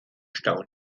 stau